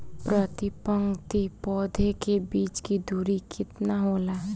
प्रति पंक्ति पौधे के बीच की दूरी केतना होला?